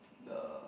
the